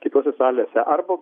kitose salėse arba